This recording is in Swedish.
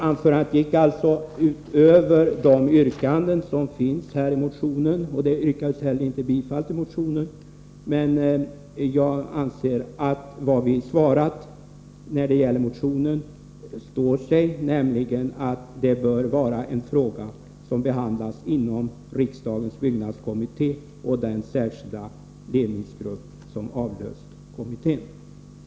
Anförandet gick alltså utöver de yrkanden som finns i motionen, och det yrkades heller inte bifall till motionen. Men jag anser att vad vi svarat när det gäller motionen står sig, nämligen att det här bör vara en fråga som behandlas inom riksdagens byggnadskommitté och den särskilda ledningsgrupp som avlöst kommittén.